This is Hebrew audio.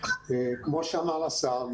כמו שאמר השר,